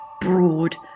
broad